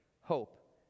hope